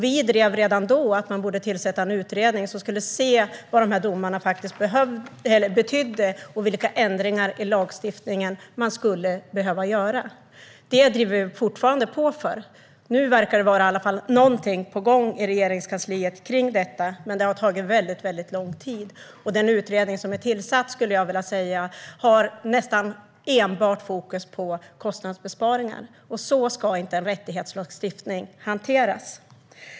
Vi drev redan då att man borde tillsätta en utredning som skulle se vad domarna faktiskt betydde och vilka ändringar i lagstiftningen man skulle behöva göra. Det driver vi fortfarande på för. Nu verkar det i alla falla vara något på gång i Regeringskansliet när det gäller detta, men det har tagit väldigt lång tid. Den utredning som är tillsatt har, skulle jag vilja säga, nästan enbart fokus på kostnadsbesparingar. Så ska inte en rättighetslagstiftning hanteras.